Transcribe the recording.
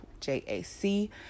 J-A-C